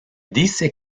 dice